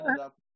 up